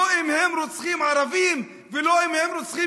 לא אם הם רוצחים ערבים ולא אם הם רוצחים